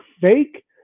fake